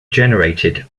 generated